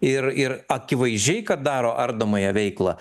ir ir akivaizdžiai kad daro ardomąją veiklą